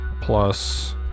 Plus